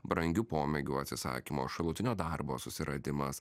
brangių pomėgių atsisakymo šalutinio darbo susiradimas